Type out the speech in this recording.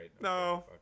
No